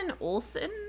olson